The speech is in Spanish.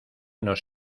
nos